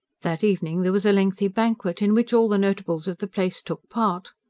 that evening there was a lengthy banquet, in which all the notables of the place took part.